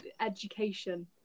education